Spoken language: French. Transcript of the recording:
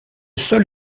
sol